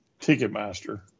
Ticketmaster